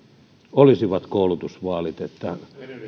olisivat koulutusvaalit